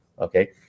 Okay